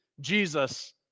Jesus